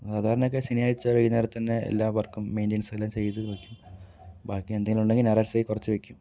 സാധാരണക്കെ ശനിയാഴ്ച വൈന്നേരം തന്നെ എല്ലാ വർക്കും മെയിന്റൻസ് എല്ലാം ചെയ്തു വയ്ക്കും ബാക്കി എന്തെങ്കിലും ഉണ്ടെങ്കിൽ ഞായറാഴ്ചയായി കുറച്ച് വയ്ക്കും